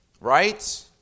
right